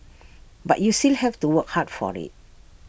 but you still have to work hard for IT